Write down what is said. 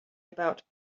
about